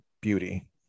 beauty